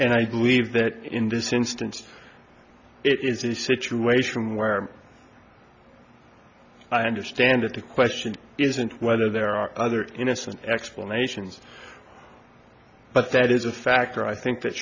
and i believe that in this instance it is a situation where i understand that the question isn't whether there are other innocent explanations but that is a factor i think that